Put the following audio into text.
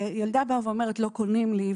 ילדה אומרת "לא קונים לי",